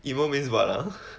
emo means what !huh!